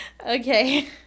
Okay